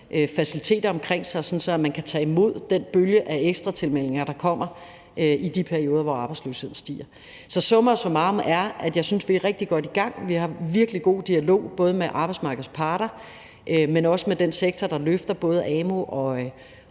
faciliteter, sådan at man kan tage imod den bølge af ekstra tilmeldinger, der kommer i de perioder, hvor arbejdsløsheden stiger. Så summa summarum: Jeg synes, at vi er rigtig godt i gang. Vi har en virkelig god dialog både med arbejdsmarkedets parter, men også med den sektor, der løfter både amu og